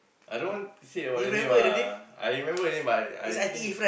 I don't want hear about the name ah I remember the name but I I think